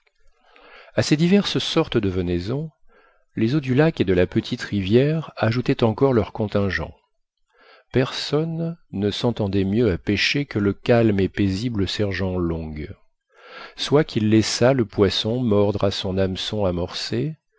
à ces diverses sortes de venaison les eaux du lac et de la petite rivière ajoutaient encore leur contingent personne ne s'entendait mieux à pêcher que le calme et paisible sergent long soit qu'il laissât le poisson mordre à son hameçon amorcé